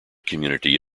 community